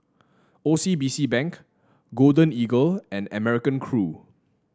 O C B C Bank Golden Eagle and American Crew